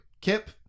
Kip